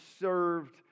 served